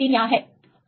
73 यहाँ है